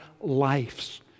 lives